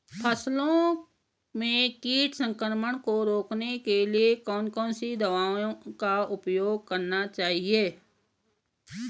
फसलों में कीट संक्रमण को रोकने के लिए कौन कौन सी दवाओं का उपयोग करना चाहिए?